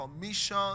commission